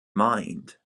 mind